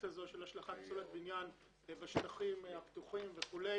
הזאת של השלכת פסולת בניין בשטחים הפתוחים וכו'.